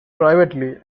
privately